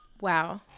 wow